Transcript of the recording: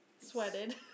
Sweated